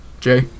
jay